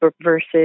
versus